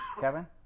Kevin